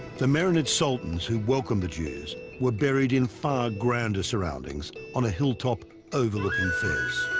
the marinid sultans who welcomed the jews were buried in far grounder surroundings on a hilltop overlooking fairs